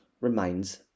remains